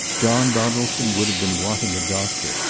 john donaldson would have been wanting a doctor,